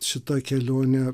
šita kelionė